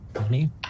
money